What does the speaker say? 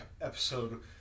episode